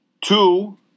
Two